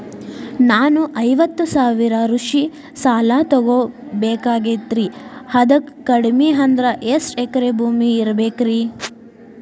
ನಾನು ಐವತ್ತು ಸಾವಿರ ಕೃಷಿ ಸಾಲಾ ತೊಗೋಬೇಕಾಗೈತ್ರಿ ಅದಕ್ ಕಡಿಮಿ ಅಂದ್ರ ಎಷ್ಟ ಎಕರೆ ಭೂಮಿ ಇರಬೇಕ್ರಿ?